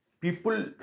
people